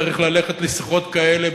צריך ללכת לשיחות כאלה,